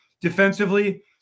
Defensively